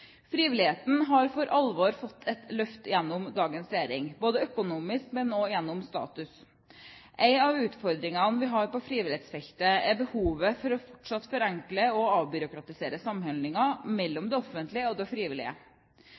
Frivilligheten har for alvor fått et løft under dagens regjering – økonomisk, men også gjennom status. En av utfordringene vi har på frivillighetsfeltet, er behovet for fortsatt å forenkle og avbyråkratisere samhandlingen mellom det offentlige og det frivillige.